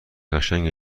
قشنگی